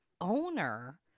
owner